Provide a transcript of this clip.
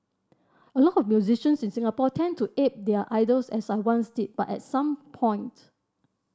a lot of musicians in Singapore tend to ape their idols as I once did but at some point